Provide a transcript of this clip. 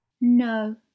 No